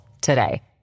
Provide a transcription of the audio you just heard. today